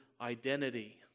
identity